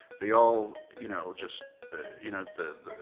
they all, you know, just you know,